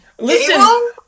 Listen